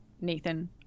Nathan